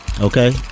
Okay